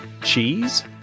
cheese